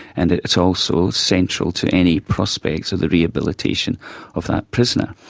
and it's also central to any prospects of the rehabilitation of that prisoner.